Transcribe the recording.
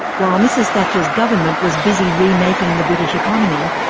while mrs thatcher's government was busy remaking the british economy,